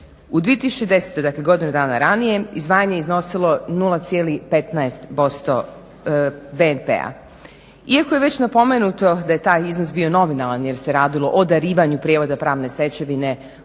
U 2010. dakle godinu dana ranije, izdvajanje je iznosilo 0,15% BDP-a. Iako je već napomenuto da je taj iznos bio nominalna jer se radilo o darivanju prijevoda pravne stečevine